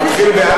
בבקשה?